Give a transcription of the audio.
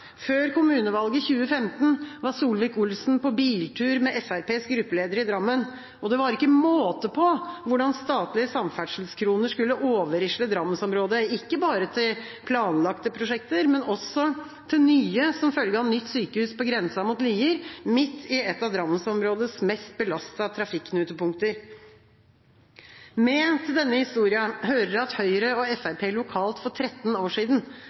før kommunevalget i 2015 var Solvik-Olsen på biltur med Fremskrittspartiets gruppeleder i Drammen, og det var ikke måte på hvordan statlige samferdselskroner skulle overrisle Drammens-området, ikke bare til planlagte prosjekter, men også til nye som følge av nytt sykehus på grensa mot Lier, midt i et av Drammens-områdets mest belastede trafikknutepunkter. Med til denne historia hører at Høyre og Fremskrittspartiet lokalt for 13 år siden